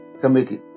Committee